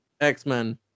X-Men